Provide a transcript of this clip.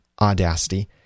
Audacity